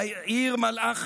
והעיר מלאה חמס: